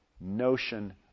notion